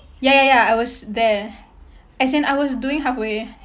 ya ya ya I was there as in I was doing halfway